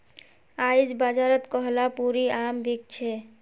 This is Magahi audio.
आईज बाजारत कोहलापुरी आम बिक छ